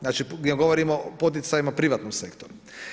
Znači gdje govorimo o poticajima u privatnom sektoru.